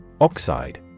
Oxide